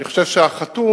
אני חושב שהחתום,